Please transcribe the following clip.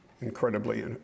incredibly